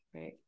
Right